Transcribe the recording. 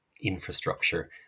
infrastructure